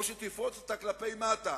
או שתפרוץ אותה כלפי מטה